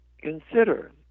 consider